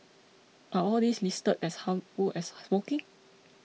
are all these listed as harmful as smoking